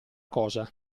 cosa